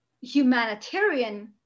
humanitarian